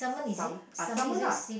salsom uh salmon lah